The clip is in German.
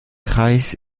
kreis